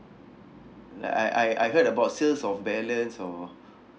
I I I heard about sales of balance or